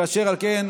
אשר על כן,